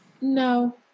No